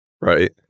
right